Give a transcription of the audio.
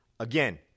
Again